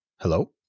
Hello